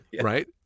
right